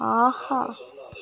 ஆஹா